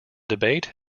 debate